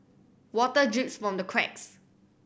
water drips from the cracks